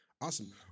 awesome